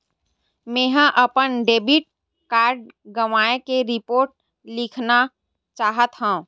मेंहा अपन debit card गवाए के रिपोर्ट लिखना चाहत हव